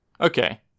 Okay